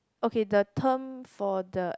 okay the term for the